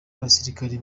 abasirikare